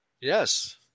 Yes